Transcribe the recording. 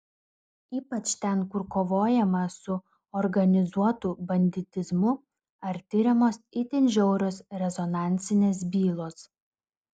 ypač ten kur kovojama su organizuotu banditizmu ar tiriamos itin žiaurios rezonansinės bylos